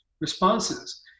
responses